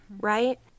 right